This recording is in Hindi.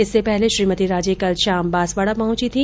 इससे पहले श्रीमती राजे कल शाम बांसवाडा पहुंची थी